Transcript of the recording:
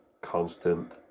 constant